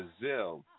Brazil